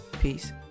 Peace